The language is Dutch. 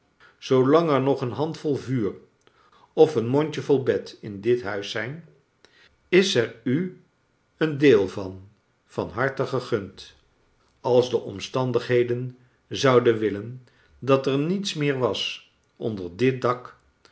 zoolang er nog een handvol vuur of een mondjevol bed in dit huis zijn is er u een deel van van harte gegund als de omstandigheden zouden willen dat er niets meer was onder dit dak